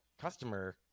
customer